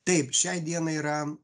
taip šiai dienai yra